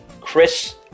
Chris